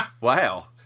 Wow